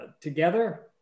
Together